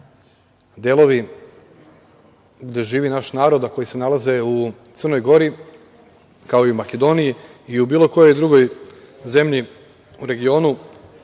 delovi gde živi naš narod, a koji se nalaze u Crnoj Gori, kao i Makedoniji i u bilo kojoj drugoj zemlji u regionu,